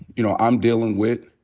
you know, i'm dealing with.